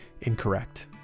incorrect